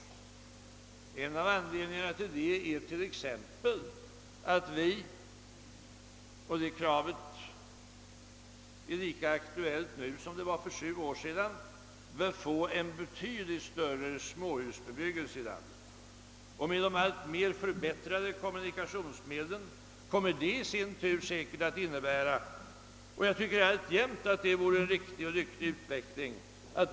En av anledningarna härtill är t.ex. att vi — och det kravet är lika aktuellt nu som för sju år sedan — bör få en betydligt större småhusbebyggelse i landet. Med de alltmer förbättrade kommunikationsmedlen kommer säkerligen många människor, som har sitt arbete i städer och tätorter, att fö redra att bosätta sig utanför dessa.